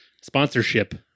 sponsorship